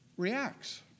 reacts